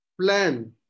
plan